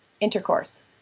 intercourse